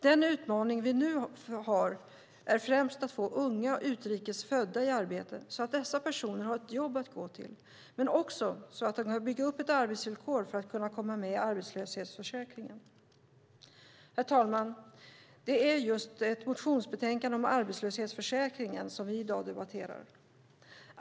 Den utmaning vi nu har är främst att få unga och utrikes födda i arbete så att dessa personer har ett jobb att gå till men också så att de kan bygga upp ett arbetsvillkor för att komma med i arbetslöshetsförsäkringen. Herr talman! Det är just ett motionsbetänkande om arbetslöshetsförsäkringen som vi debatterar i dag.